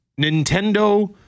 Nintendo